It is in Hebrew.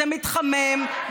זה מתחמם,